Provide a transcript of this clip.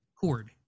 Cord